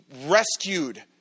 rescued